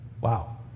Wow